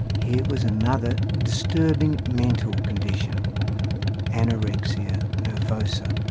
here was another disturbing mental condition anorexia nervosa.